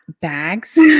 bags